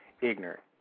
ignorant